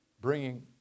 bringing